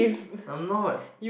I'm not